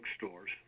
bookstores